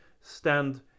stand